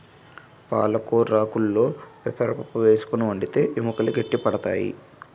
పాలకొరాకుల్లో పెసరపప్పు వేసుకుని వండితే ఎముకలు గట్టి పడతాయి